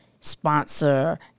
sponsor